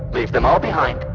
leave them all behind,